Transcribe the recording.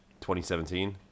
2017